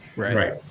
Right